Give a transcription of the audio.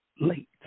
late